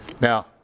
Now